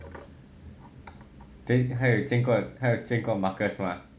then 她有见过 marcus mah